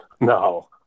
No